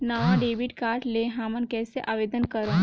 नवा debit card ले हमन कइसे आवेदन करंव?